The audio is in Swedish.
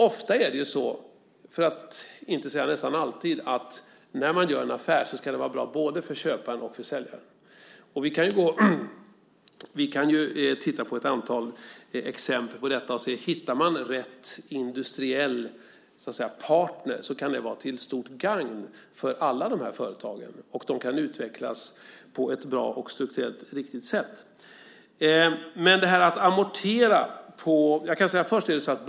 Ofta är det ju så - för att inte säga nästan alltid - att när man gör en affär så ska den vara bra för både köparen och säljaren. Vi kan titta på ett antal exempel på detta och se att om man hittar rätt industriell partner så kan det vara till stort gagn för alla dessa företag, och de kan utvecklas på ett bra och strukturellt riktigt sätt.